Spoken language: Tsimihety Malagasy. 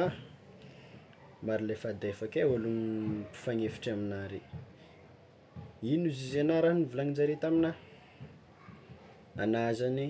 Ah, maro lefadefaka e ologno mpifagnefitra amina re, ino ozizy anao raha novolagninjare taminah, ana zany